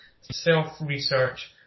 self-research